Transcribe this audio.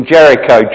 Jericho